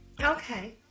Okay